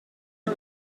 les